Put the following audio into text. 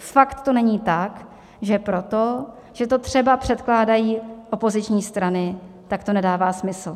Snad to není tak, že proto, že to třeba předkládají opoziční strany, tak to nedává smysl.